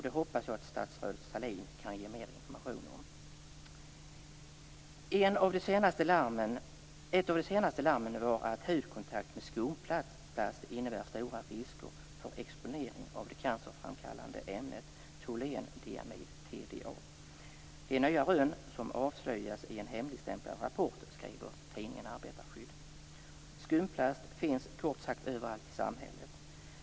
Det hoppas jag att statsrådet Sahlin kan ge mer information om. Ett av de senaste larmen var att hudkontakt med skumplast innebär stora risker för exponering av det cancerframkallande ämnet toluendiamin, TDA. Det är nya rön som avslöjas i en hemligstämplad rapport, skriver tidningen Arbetarskydd. Skumplast finns kort sagt överallt i samhället.